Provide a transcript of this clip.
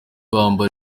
bambara